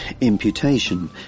Imputation